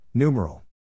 Numeral